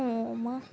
home